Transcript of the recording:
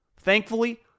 Thankfully